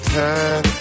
time